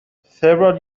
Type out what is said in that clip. several